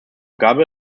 gabel